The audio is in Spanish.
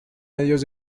medios